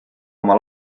oma